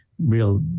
real